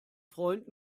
freund